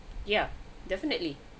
yeah definitely